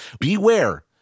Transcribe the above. beware